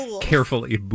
Carefully